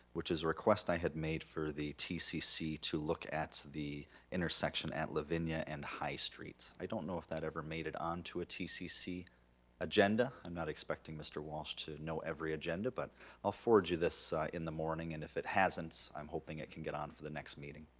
which is a request i had made for the tcc to look at the intersection at lavinia and high streets. i don't know if that ever made it on to a tcc agenda. i'm not expecting mr. walsh to know every agenda, but i'll forward you this in the morning and if it hasn't i'm hoping it can get on for the next meeting.